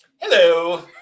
Hello